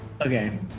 Okay